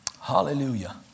Hallelujah